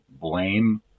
blame